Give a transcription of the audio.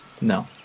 No